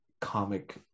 comic